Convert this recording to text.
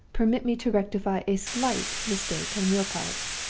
permit me to rectify a slight mistake on your part.